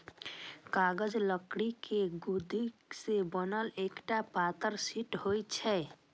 कागज लकड़ी के लुगदी सं बनल एकटा पातर शीट होइ छै